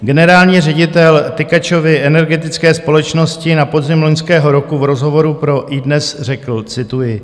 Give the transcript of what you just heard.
Generální ředitel Tykačovy energetické společnosti na podzim loňského roku v rozhovoru pro iDNES řekl cituji.